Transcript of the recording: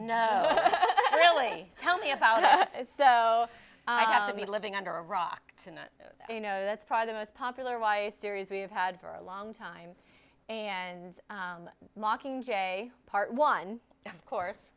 no really tell me about it so i'll be living under a rock you know that's probably the most popular wife series we've had for a long time and mockingjay part one course